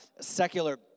secular